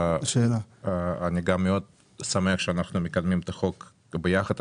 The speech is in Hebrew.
גם אני מאוד שמח שאנחנו מקדמים את החוק ביחד.